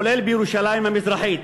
כולל בירושלים המזרחית.